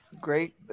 great